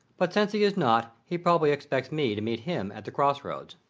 but since he is not, he probably expects me to meet him at the crossroads.